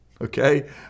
okay